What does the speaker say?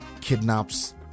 kidnaps